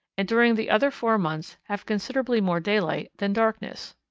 and during the other four months have considerably more daylight than darkness.